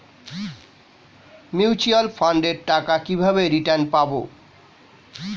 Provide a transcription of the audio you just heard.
Mutual ফান্ডের টাকা কিভাবে রিটার্ন পাব?